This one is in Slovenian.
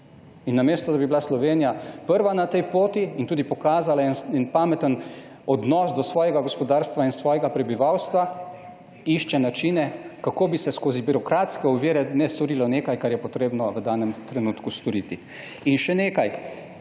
Namesto da bi bila Slovenija prva na tej poti in tudi pokazala en pameten odnos do svojega gospodarstva in svojega prebivalstva, išče načine, kako bi se skozi birokratske ovire ne storilo nekaj, kar je treba v danem trenutku storiti. In še nekaj.